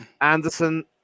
Anderson